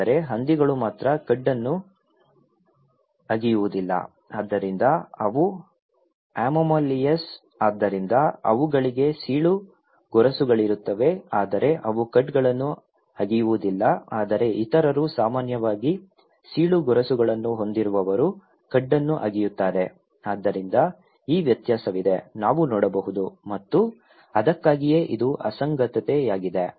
ಆದರೆ ಹಂದಿಗಳು ಮಾತ್ರ ಕಡ್ ಅನ್ನು ಅಗಿಯುವುದಿಲ್ಲ ಆದ್ದರಿಂದ ಅವು ಅನೋಮಲಿಸ್ ಆದ್ದರಿಂದ ಅವುಗಳಿಗೆ ಸೀಳು ಗೊರಸುಗಳಿರುತ್ತವೆ ಆದರೆ ಅವು ಕಡ್ಗಳನ್ನು ಅಗಿಯುವುದಿಲ್ಲ ಆದರೆ ಇತರರು ಸಾಮಾನ್ಯವಾಗಿ ಸೀಳು ಗೊರಸುಗಳನ್ನು ಹೊಂದಿರುವವರು ಕಡ್ ಅನ್ನು ಅಗಿಯುತ್ತಾರೆ ಆದ್ದರಿಂದ ಈ ವ್ಯತ್ಯಾಸವಿದೆ ನಾವು ನೋಡಬಹುದು ಮತ್ತು ಅದಕ್ಕಾಗಿಯೇ ಇದು ಅಸಂಗತತೆಯಾಗಿದೆ